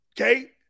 Okay